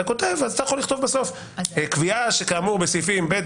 אתה יכול לכתוב בסוף: "קביעה שכאמור בסעיפים אלה